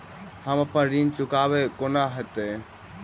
हम अप्पन ऋण चुकाइब कोना हैतय?